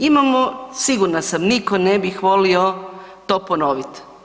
Imamo sigurna sam nitko ne bi volio to ponoviti.